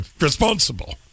responsible